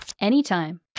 anytime